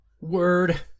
Word